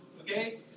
okay